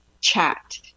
chat